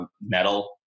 metal